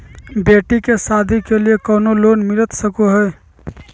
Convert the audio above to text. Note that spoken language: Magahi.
बेटी के सादी के लिए कोनो लोन मिलता सको है?